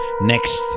next